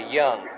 young